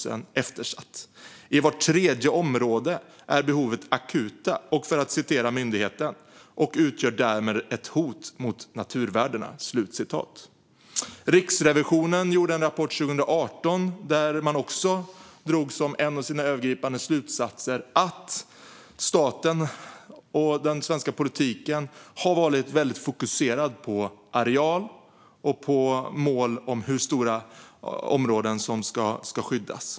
De konstaterade också: "I vart tredje område är behoven akuta och utgör därmed ett hot mot naturvärdena." Riksrevisionen drog också som en av sina övergripande slutsatser i en rapport från 2018 att staten och den svenska politiken har varit väldigt fokuserad på areal, på mål om hur stora områden som ska skyddas.